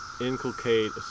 inculcate